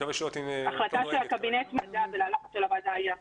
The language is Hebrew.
לקחת את השנה הזאת ולתת להם למידה שהיא אחרת.